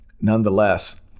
Nonetheless